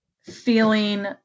feeling